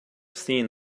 seen